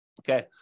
Okay